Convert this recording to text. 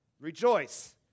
rejoice